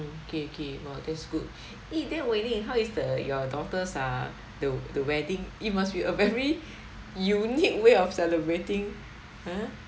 okay okay !wow! that's good eh then wei ling how is the your daughter's ah the the wedding it must be a very unique way of celebrating !huh!